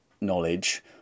knowledge